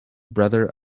brother